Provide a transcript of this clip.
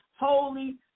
holy